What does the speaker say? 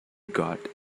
got